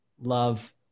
love